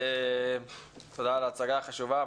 תודה על ההצגה החשובה.